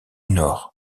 nord